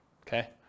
okay